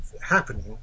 happening